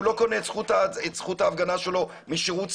הוא לא קונה את זכות ההפגנה שלו משירות צבאי.